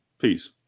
Peace